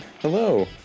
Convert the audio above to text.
Hello